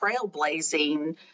trailblazing